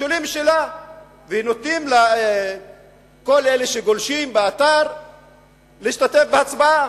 שואלים שאלה ונותנים לכל אלה שגולשים באתר להשתתף בהצבעה,